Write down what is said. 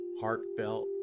heartfelt